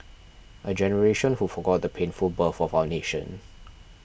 a generation who forgot the painful birth of our nation